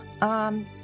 Um